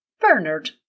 Bernard